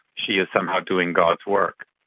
she is somehow doing god's work.